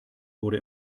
wurde